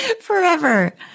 Forever